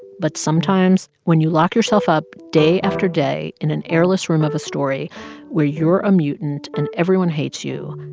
but sometimes, when you lock yourself up day after day in an airless room of a story where you're a mutant and everyone hates you,